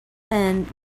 and